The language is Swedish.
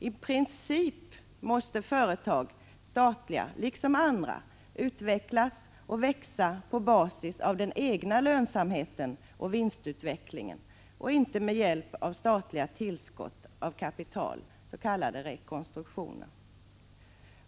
I princip måste statliga företag liksom andra utvecklas och växa på basis av den egna lönsamheten och vinstutvecklingen och inte med hjälp av statliga tillskott av kapital, s.k. rekonstruktion.